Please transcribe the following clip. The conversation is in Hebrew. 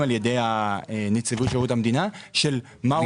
ע"י נציבות שירות המדינה של מהו המגוון.